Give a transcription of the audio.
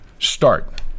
Start